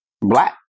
black